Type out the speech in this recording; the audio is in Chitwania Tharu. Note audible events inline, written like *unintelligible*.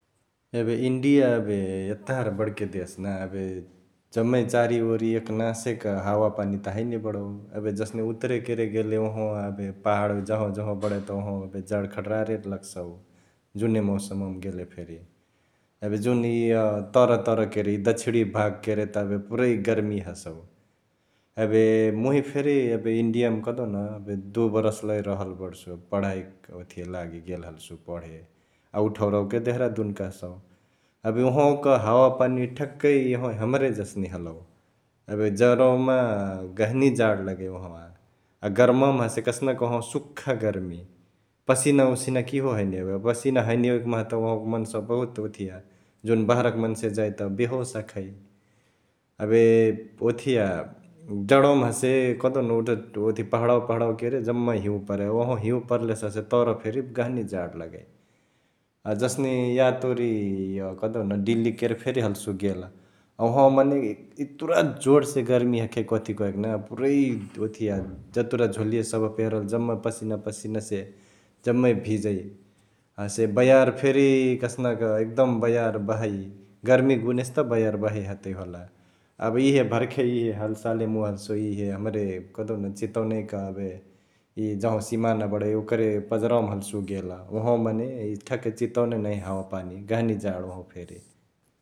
एबे इन्डिया एबे एतहार बडके देस ना एबे जम्मे चारिओरी एकनासक हावा पानी त हैने बडउ एबे जसने उतरे केरे गेले ओंहवा एबे पहाड जंहवा जंहवा बडै त उहवा एबे जडखडरारे लगसउ जुन मौसमवा गेले फेरी । एबे जुन इअ तर तर केरे इअ दक्षिणी भाग केरे त एबे पुरै गर्मी हसौ एबे मुइ फेरी एबे इन्डियामा कहदेउ न एबे दुइ बरस लई रहल बडसु ,पढाइक ओथिया लागी गेल हल्सु पढे अ उ ठौरावा के देहरादुन कहसउ । एबे ओहंवाक हावापानी ठ्याकै यहवी हमरे जसने हलौ । एबे जडवा गहनी जाड लगै ओहवा अ गर्मवा मा हसे कसनक ओहवा सुख्खा गर्मि, पसिना ओसिना किहो हैने एओई । एबे पसिना हैने एवईक माहा त ओहवा मन्सावा बहुत ओथिया जुन बहराक मन्से जाइ त बेहोस हखई । एबे ओथिया जड्वामा हसे कहदेउन् *unintelligible* पहडावा पहडवा केरे जम्मे हिँउ परै, उहवा पर्लेसे हसे तर फेरी गहनी जाड लगै । जसने यातओरी इअ कहदेउन डिल्ली केरे फेरी हल्सु गेल अ ओहवा मने इतुरा जोड से गर्मी हखै कथी कहेके ना पुरै ओथिया जतुरा झोलिया सभ पेहरले जम्मा पसिना पसिना से जम्मै भिजई । हसे बयार फेरी कसनक एकदम बयार बहई, गर्मी गुनेसे त बयार बहई हतै होला । एबे इहे भर्खे इहे हलसाले मुइ हल्सु इहे हमरे कहदेउन चितवनै क एबे इ जह्ँवा सिमाना बडै ओकरे पजरावामा हल्सु गेल ,ओहवा मने ठ्याकै चितवने नहिया हावापानी गहनी जाड ओहवा फेरी ।